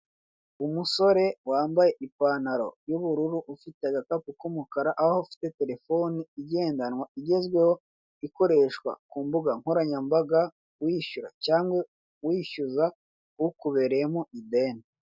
Umusore wambaye ipa ntalo y'ubururu ufite agakapu k'umukara aho afite terefone igendanwa igezweho ikoreshwa ku mbuga nkoranyambaga wishyura cyangwa wishyuza ukubereyemo ideni.